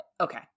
Okay